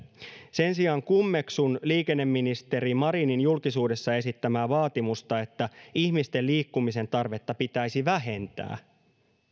sen sijaan kummeksun liikenneministeri marinin julkisuudessa esittämää vaatimusta että ihmisten liikkumisen tarvetta pitäisi vähentää